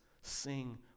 sing